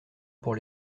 pour